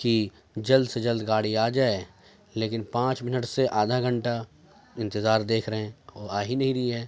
کہ جلد سے جلد گاڑی آ جائے لیکن پانچ منٹ سے آدھا گھنٹہ انتظار دیکھ رہے ہیں اور آ ہی نہیں رہی ہے